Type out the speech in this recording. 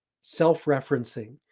self-referencing